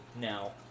now